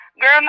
girl